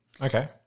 Okay